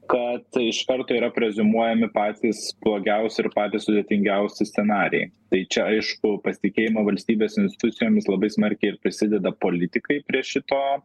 kad iš karto yra preziumuojami patys blogiausi ir patys sudėtingiausi scenarijai tai čia aišku pasitikėjimą valstybės institucijomis labai smarkiai prisideda politikai prie šito